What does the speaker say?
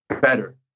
better